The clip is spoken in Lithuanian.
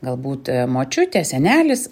galbūt močiutė senelis